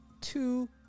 two